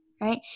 right